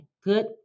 Good